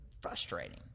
frustrating